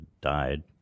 died